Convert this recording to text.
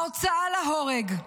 ההוצאה להורג;